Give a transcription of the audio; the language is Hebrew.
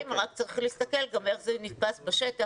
אבל צריך להסתכל גם איך זה נתפס בשטח,